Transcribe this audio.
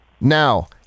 Now